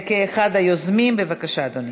החרדית ושל עולים חדשים בשירות הציבורי (תיקוני חקיקה),